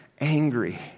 angry